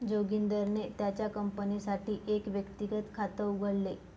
जोगिंदरने त्याच्या कंपनीसाठी एक व्यक्तिगत खात उघडले